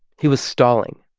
he was stalling.